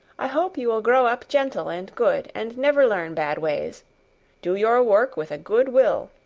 i hope you will grow up gentle and good, and never learn bad ways do your work with a good will,